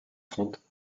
trente